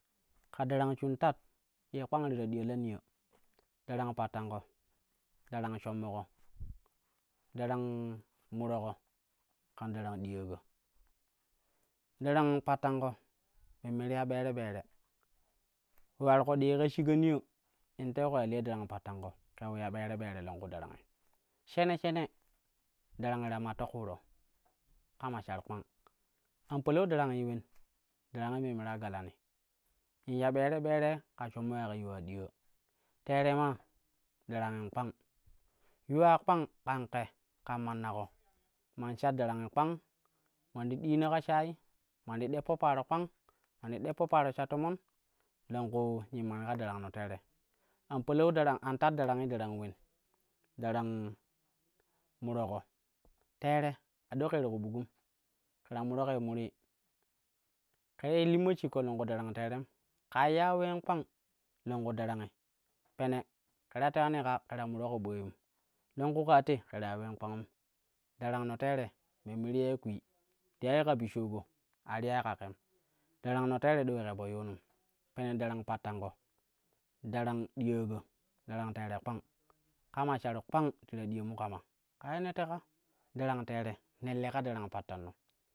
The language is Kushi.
Ka daran shim tat ye kpang ta diya ba niyo, darang pattanko, darang shommo, daran muroko kan daran ɗiyaako. Darang pattanko memme te ya ɓere ɓere ule ular ƙoɗɗi ye ke shiga niya in teuko ye lee darang pattanko ken yiu ya ɓere ɓere ka longku darangi. Shene shen darangi ta matto kuuro kama shr kpang, an palau darangin wen, darang ye memme ta galani in ya ɓere ɓere ka shomma ya ke yuwa diyaa teere maa darangin kpang, yuwa kpang kam ke kang mannako man shar darange kpang man ti diina ka shayi man ti deppo paro kpang, man ti deppo pari sha tomon longku nyimmani ka darangno teere. An palau darang, an tat darangi darang ulen, darang muroko, teere a do ƙe ti ku bukgun ƙe ta muro ƙei muri ƙei limma shikka longku darang teerem, ƙaa lya ya ulee kpang darangi, pene ƙeta tewani ƙa ƙe ta moro ƙo ɓayum longku kaa te ke ta ya ulee kangum. Darangno teere memme ti yai kwii, ti yai ƙa ɓishoƙo a ti yai ƙa ƙem. Darangno ado ule ƙe po yuenum pene darang pattanƙo, darang diyaa ƙo darang teere ƙpang kama sharu ƙpang ta ɗiyanu kama ƙaa ne teka, darang teere ne leka darang pattanno.